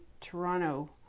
Toronto